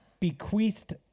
bequeathed